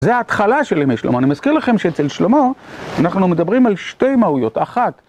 זה ההתחלה של ימי שלמה, אני מזכיר לכם שאצל שלמה אנחנו מדברים על שתי מהויות, אחת.